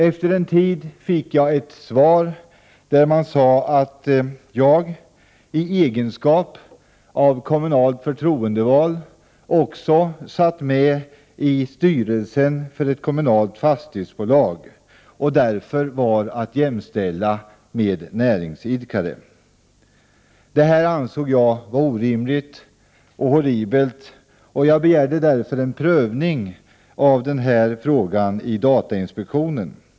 Efter en tid fick jag ett svar där man sade att jag i egenskap av kommunal förtroendevald också satt med i styrelsen för ett kommunalt fastighetsbolag och därför var att jämställa med näringsidkare. Detta ansåg jag vara orimligt och horribelt. Därför begärde jag en prövning av den här frågan i datainspektionen.